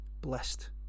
blessed